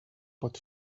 pot